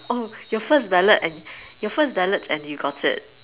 oh your first ballot and your first ballot and you got it